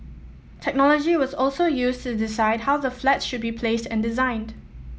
technology was also used to decide how the flats should be placed and designed